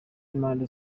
b’impande